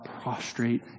prostrate